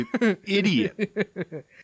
idiot